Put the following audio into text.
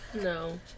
no